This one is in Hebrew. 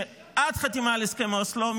שעד החתימה על הסכם אוסלו,